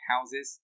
houses